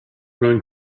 going